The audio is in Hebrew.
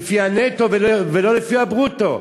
לפי הנטו ולא לפי הברוטו.